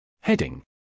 Heading